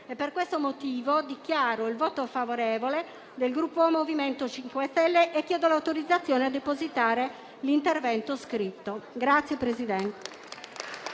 per questo motivo dichiaro il voto favorevole del Gruppo MoVimento 5 Stelle e chiedo l'autorizzazione a depositare il testo del mio intervento.